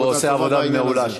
הוא עושה עבודה מעולה שם.